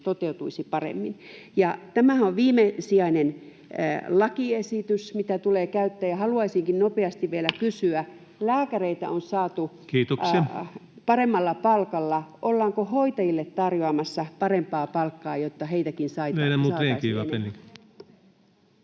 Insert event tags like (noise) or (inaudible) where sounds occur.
toteutuisi paremmin. Tämähän on viimesijainen lakiesitys, mitä tulee käyttää, ja haluaisinkin nopeasti vielä kysyä: (noise) Lääkäreitä on saatu [Puhemies: Kiitoksia!] paremmalla palkalla? Ollaanko hoitajille tarjoamassa parempaa palkkaa, jotta heitäkin saataisiin